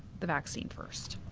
the vaccine first.